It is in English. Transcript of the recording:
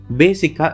basic